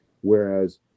whereas